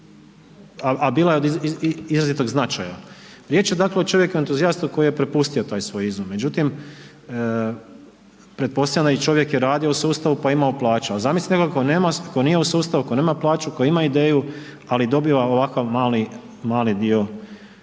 a bila je od izrazitog značaj. Riječ je dakle o čovjeku entuzijastu koji je prepustio taj svoj izum, međutim pretpostavljam da i čovjek je radio u sustavu pa je imao plaću, a zamislite nekog tko nije u sustavu, tko nema plaću, tko ima ideju, ali dobiva ovakav mali,